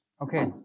Okay